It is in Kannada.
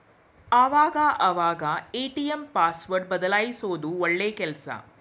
ಆವಾಗ ಅವಾಗ ಎ.ಟಿ.ಎಂ ಪಾಸ್ವರ್ಡ್ ಬದಲ್ಯಿಸೋದು ಒಳ್ಳೆ ಕೆಲ್ಸ